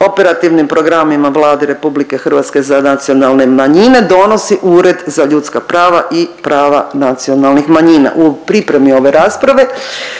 operativnim programima Vlade RH za nacionalne manjine donosi Ured za ljudska prava i prava nacionalnih manjina. U pripremi ove rasprave